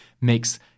makes